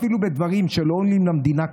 אפילו בדברים שלא עולים למדינה כלום,